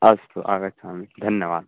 अस्तु आगच्छामि धन्यवादः